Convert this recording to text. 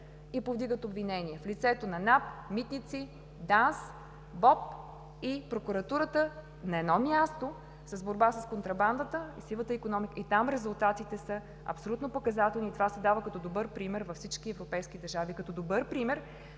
и повдигат обвинение в лицето на НАП, „Митници“, ДАНС, БОП и Прокуратурата на едно място – в борба с контрабандата и сивата икономика, и там резултатите са абсолютно показателни. Това се дава като добър пример във всички европейски държави като добър пример,